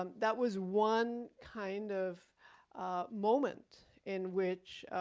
um that was one kind of moment in which